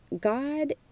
God